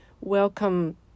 welcome